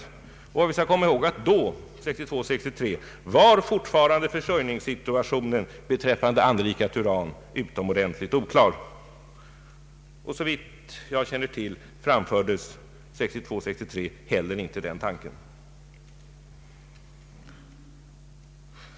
Och vi skall framför allt komma ihåg att 1962—1963 var försörjningssituationen beträffande anrikat uran fortfarande utomordentligt oklar. Såvitt jag känner till framfördes 1962—1963 heller inte den tanken.